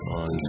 on